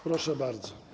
Proszę bardzo.